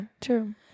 true